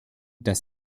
dass